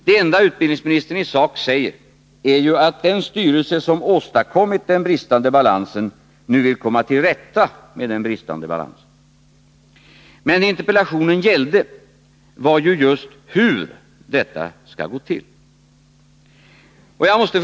Det enda utbildningsministern i sak säger är att den styrelse som har åstadkommit den bristande balansen nu vill komma till rätta med den bristande balansen. Men interpellationen gällde just hur detta skall gå till. Jag måste.